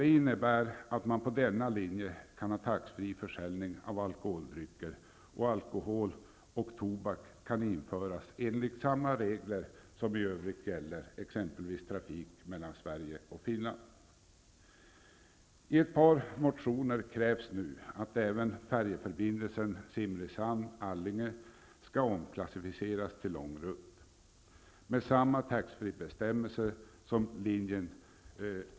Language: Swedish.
Det innebär att man på denna linje kan ha taxfreeförsäljning av alkoholdrycker och att alkohol och tobak kan införas enligt samma regler som i övrigt gäller för exempelvis trafiken mellan Sverige och Finland.